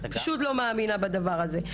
אני פשוט לא מאמינה בדבר הזה.